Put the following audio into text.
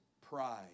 pride